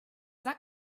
that